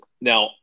Now